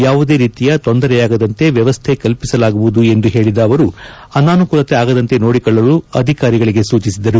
ಯಾವುದೇ ರೀತಿಯ ತೊಂದರೆಯಾಗದಂತೆ ವ್ಯವಸ್ಥೆ ಕಲ್ಪಿಸಲಾಗುವುದು ಎಂದು ಹೇಳಿದ ಅವರು ಅನಾನುಕೂಲತೆ ಆಗದಂತೆ ನೋಡಿಕೊಳ್ಳಲು ಅಧಿಕಾರಿಗಳಿಗೆ ಸೂಚಿಸಿದರು